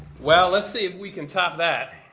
well, let's see if we can top that.